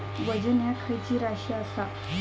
वजन ह्या खैची राशी असा?